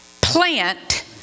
plant